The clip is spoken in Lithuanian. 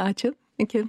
ačiū iki